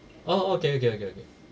oh okay okay okay okay